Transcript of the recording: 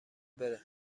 بره